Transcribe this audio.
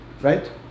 right